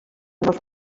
dels